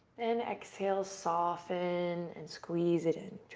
and exhale, soften and squeeze it in.